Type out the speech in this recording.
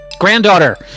granddaughter